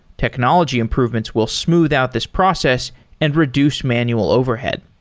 technology improvements will smooth out this process and reduce manual overhead.